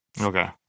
Okay